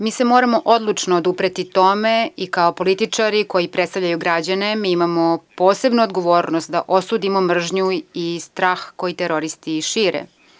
Mi se moramo odlučno odupreti tome i kao političari koji predstavljaju građane, imamo posebnu odgovornost da osudimo mržnju i strah koji teroristi šire.